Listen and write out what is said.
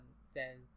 says